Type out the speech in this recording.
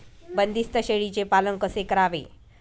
बंदिस्त शेळीचे पालन कसे करावे?